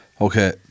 Okay